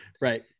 Right